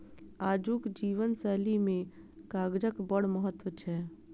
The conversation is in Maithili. आजुक जीवन शैली मे कागजक बड़ महत्व छै